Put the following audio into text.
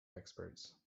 experts